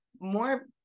more